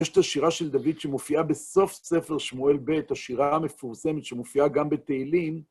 יש את השירה של דוד, שמופיעה בסוף ספר שמואל ב' השירה המפורסמת, שמופיעה גם בתהלים.